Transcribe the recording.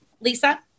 Lisa